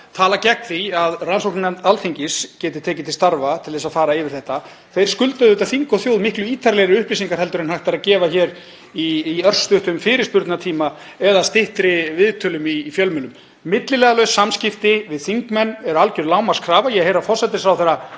tala gegn því að rannsóknarnefnd Alþingis geti tekið til starfa til að fara yfir þetta skulda auðvitað þingi og þjóð miklu ítarlegri upplýsingar heldur en hægt er að gefa hér í örstuttum fyrirspurnatíma eða styttri viðtölum í fjölmiðlum. Milliliðalaus samskipti við þingmenn eru algjör lágmarkskrafa. Ég heyri að hæstv. forsætisráðherra